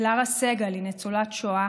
קלרה סגל היא ניצולת שואה